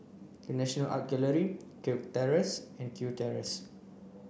the National Art Gallery Kirk Terrace and Kew Terrace